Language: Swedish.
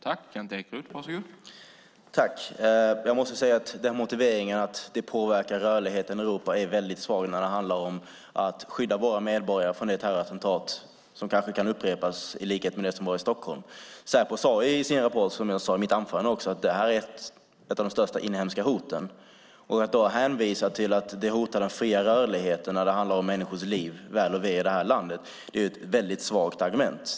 Herr talman! Jag måste säga att motiveringen att det påverkar rörligheten i Europa är svag när det handlar om att skydda våra medborgare från terrorattentat i likhet med det som inträffade i Stockholm, som kanske kan upprepas. Säpo sade i sin rapport, vilket jag också sade i mitt anförande, att detta är ett av de största inhemska hoten. Att då hänvisa till att det hotar den fria rörligheten när det handlar om människors liv, väl och ve i det här landet är ett svagt argument.